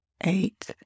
eight